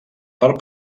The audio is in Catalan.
per